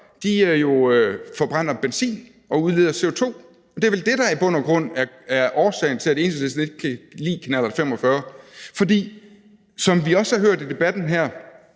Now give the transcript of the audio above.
45 forbrænder benzin og udleder CO2, og det er vel det, der i bund og grund er årsagen til, at Enhedslisten ikke kan lide knallert 45. For som vi også har hørt i debatten her,